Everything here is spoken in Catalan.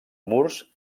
murs